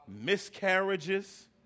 miscarriages